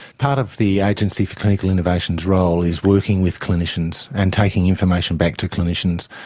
part of the agency for clinical innovation's role is working with clinicians and taking information back to clinicians,